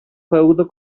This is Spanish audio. feudo